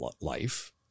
life